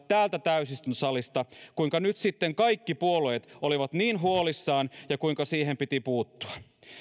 täältä täysistuntosalista niitä puheenvuoroja kuinka nyt sitten kaikki puolueet olivat niin huolissaan ja kuinka siihen piti puuttua